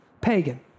Pagan